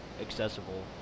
accessible